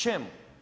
Čemu?